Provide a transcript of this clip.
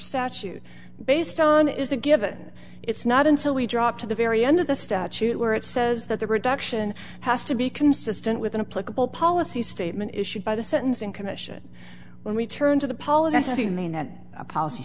statute based on is a given it's not until we drop to the very end of the statute where it says that the reduction has to be consistent with a political policy statement issued by the sentencing commission when we turn to the policy mean that a policy